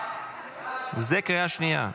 זו קריאה שנייה.